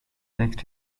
next